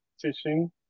fishing